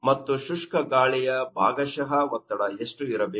ಮತ್ತು ಶುಷ್ಕ ಗಾಳಿಯ ಭಾಗಶಃ ಒತ್ತಡ ಎಷ್ಟು ಇರಬೇಕು